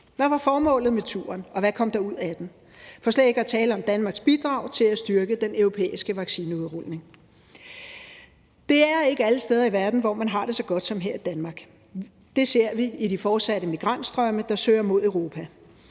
hvad var formålet med turen, og hvad kom der ud af den? – for slet ikke at tale om Danmarks bidrag til at styrke den europæiske vaccineudrulning. Kl. 10:31 Det er ikke alle steder i verden, hvor man har det så godt som her i Danmark. Det ser vi i de fortsatte migrantstrømme, der søger mod Europa.